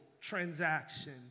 transaction